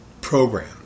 program